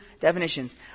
definitions